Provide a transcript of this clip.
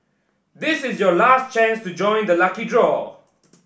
this is your last chance to join the lucky draw